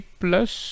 plus